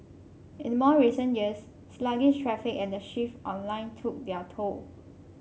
in more recent years sluggish traffic and the shift online took their toll